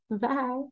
Bye